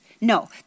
No